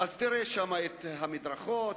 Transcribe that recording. תראה שם את המדרכות,